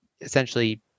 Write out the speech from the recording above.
essentially